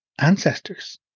ancestors